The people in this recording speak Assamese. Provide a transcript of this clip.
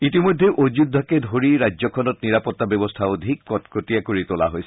ইতিমধ্যে অযোধ্যাকে ধৰি ৰাজ্যখনত নিৰাপত্তা ব্যৱস্থা অধিক কটকটীয়া কৰি তোলা হৈছে